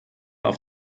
auf